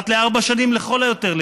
אחת לארבע שנים לכל היותר,